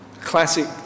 classic